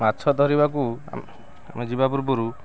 ମାଛ ଧରିବାକୁ ଆମେ ଯିବା ପୂର୍ବରୁ